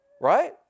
Right